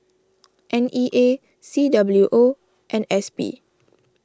N E A C W O and S P